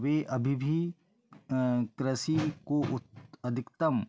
वे अभी भी कृषि को उत्त अधिकतम